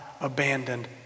abandoned